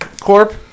Corp